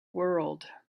world